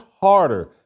harder